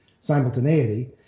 simultaneity